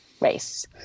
race